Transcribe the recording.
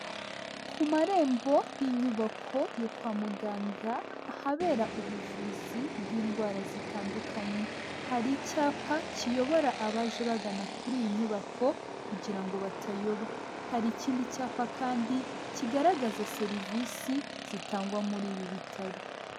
Ku marembo y'inyubako yo kwa muganga, ahabera ubuvuzi bw'indwara zitandukanye, hari icyapa kiyobora abaje bagana kuri iyi nyubako kugira ngo batayoba, hari ikindi cyapa kandi kigaragaza serivisi zitangwa muri ibi bitaro.